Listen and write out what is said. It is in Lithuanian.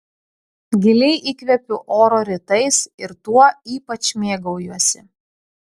giliai įkvepiu oro rytais ir tuo ypač mėgaujuosi